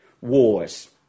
Wars